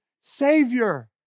Savior